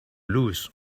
lose